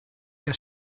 que